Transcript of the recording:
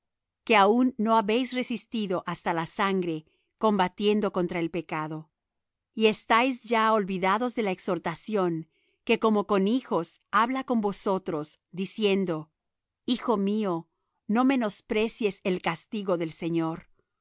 que aun no habéis resistido hasta la sangre combatiendo contra el pecado y estáis ya olvidados de la exhortación que como con hijos habla con vosotros diciendo hijo mío no menosprecies el castigo del señor